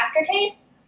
aftertaste